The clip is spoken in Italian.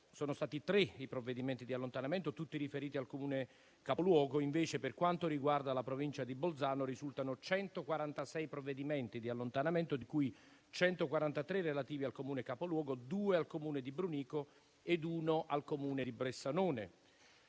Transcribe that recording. sono stati tre i provvedimenti di allontanamento, tutti riferiti al Comune capoluogo. Invece, per quanto riguarda la Provincia di Bolzano, risultano 146 provvedimenti di allontanamento, di cui 143 relativi al Comune capoluogo, 2 al Comune di Brunico e 1 al Comune di Bressanone.